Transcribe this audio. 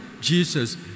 Jesus